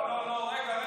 לא, לא, רגע.